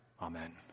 Amen